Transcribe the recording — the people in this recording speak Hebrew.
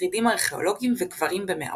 שרידים ארכאולוגים וקברים במערות.